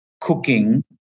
cooking